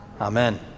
Amen